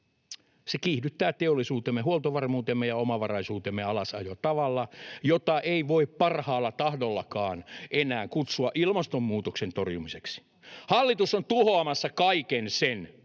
se kiihdyttää teollisuutemme, huoltovarmuutemme ja omavaraisuutemme alasajoa tavalla, jota ei voi parhaalla tahdollakaan enää kutsua ilmastonmuutoksen torjumiseksi. Hallitus on tuhoamassa kaiken sen,